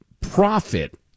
profit